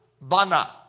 Bana